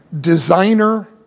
designer